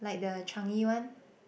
like the Changi one